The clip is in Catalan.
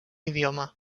idioma